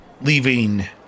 leaving